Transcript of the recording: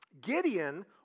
Gideon